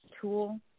tool